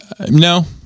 No